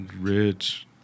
rich